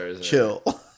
chill